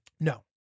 No